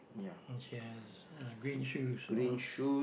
and she has uh green shoes on